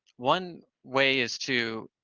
one way is to